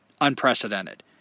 unprecedented